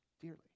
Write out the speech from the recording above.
dearly